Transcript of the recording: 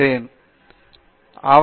பேராசிரியர் பிரதாப் ஹரிதாஸ் சரி சரி